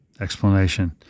explanation